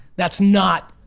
that's not